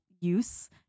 use